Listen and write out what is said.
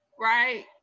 right